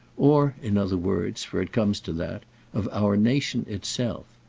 or, in other words for it comes to that of our nation itself.